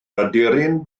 aderyn